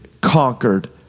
conquered